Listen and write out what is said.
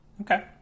Okay